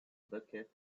bucket